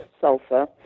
sulfur